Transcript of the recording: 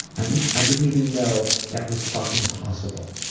and i didn't even know that was fucking possible.